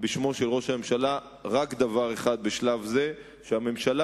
בשמו של ראש הממשלה רק דבר אחד בשלב זה: שהממשלה